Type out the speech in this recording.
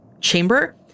chamber